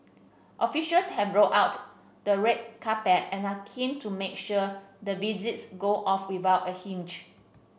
officials have rolled out the red carpet and are keen to make sure the visits go off without a hitch